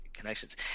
connections